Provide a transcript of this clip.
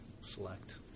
select